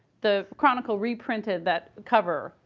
the chronicle reprinted that cover,